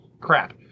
crap